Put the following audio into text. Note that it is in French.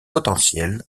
potentiels